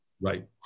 Right